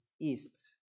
east